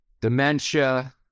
dementia